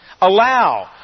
allow